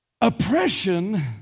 Oppression